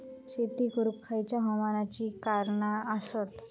शेत करुक खयच्या हवामानाची कारणा आसत?